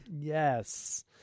Yes